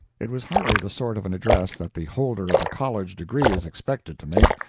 it was hardly the sort of an address that the holder of a college degree is expected to make,